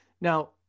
Now